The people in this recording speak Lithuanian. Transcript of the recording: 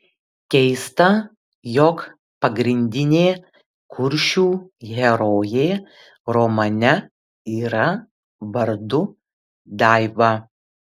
keista jog pagrindinė kuršių herojė romane yra vardu daiva